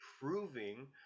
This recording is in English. proving